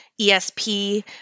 ESP